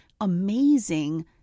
amazing